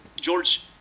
George